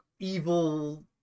Evil